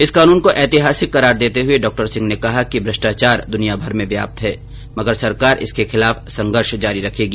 इस कानून को ऐतिहासिक करार देते हुए डॉक्टर सिंह ने कहा कि म्रष्टाचार दुनियाभर में व्याप्त है मगर सरकार इसके खिलाफ संघर्ष जारी रखेगी